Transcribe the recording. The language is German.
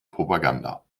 propaganda